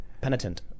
penitent